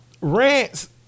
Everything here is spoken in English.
Rant's –